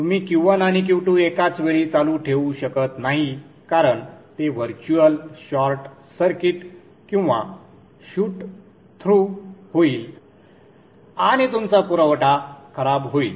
तुम्ही Q1 आणि Q2 एकाच वेळी चालू ठेवू शकत नाही कारण ते व्हर्च्युअल शॉर्ट सर्किट किंवा शूट थ्रू होईल आणि तुमचा पुरवठा खराब होईल